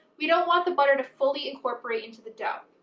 we don't want the butter to fully incorporate into the dough.